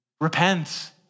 Repent